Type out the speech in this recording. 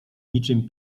niczym